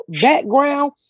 background